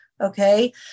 Okay